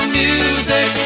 music